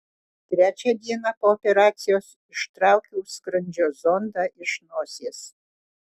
trečią dieną po operacijos ištraukiau skrandžio zondą iš nosies